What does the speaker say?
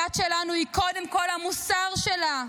הדת שלנו היא קודם כול המוסר שלה,